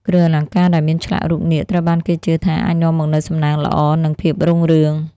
គ្រឿងអលង្ការដែលមានឆ្លាក់រូបនាគត្រូវបានគេជឿថាអាចនាំមកនូវសំណាងល្អ និងភាពរុងរឿង។